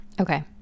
Okay